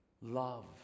love